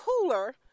cooler